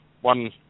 one